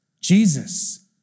Jesus